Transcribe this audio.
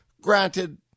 granted